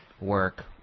work